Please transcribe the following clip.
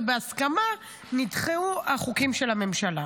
ובהסכמה נדחו החוקים של הממשלה.